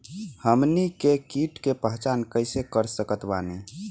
हमनी के कीट के पहचान कइसे कर सकत बानी?